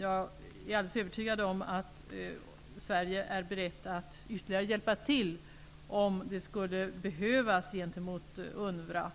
Jag är alldeles övertygad om att Sverige är berett att ytterligare hjälpa UNRWA om det skulle bli akuta